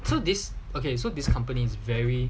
so this okay so this company is very